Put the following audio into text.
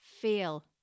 feel